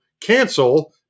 cancel